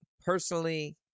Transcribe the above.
personally